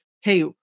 hey